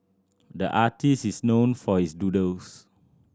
the artist is known for his doodles